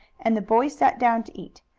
and the boys sat down to eat,